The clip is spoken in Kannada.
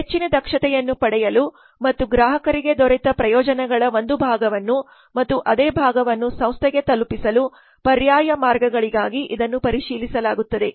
ಹೆಚ್ಚಿನ ದಕ್ಷತೆಯನ್ನು ಪಡೆಯಲು ಮತ್ತು ಗ್ರಾಹಕರಿಗೆ ದೊರೆತ ಪ್ರಯೋಜನಗಳ ಒಂದು ಭಾಗವನ್ನು ಮತ್ತು ಅದೇ ಭಾಗವನ್ನು ಸಂಸ್ಥೆಗೆ ತಲುಪಿಸಲು ಪರ್ಯಾಯ ಮಾರ್ಗಗಳಿಗಾಗಿ ಇದನ್ನು ಪರಿಶೀಲಿಸಲಾಗುತ್ತದೆ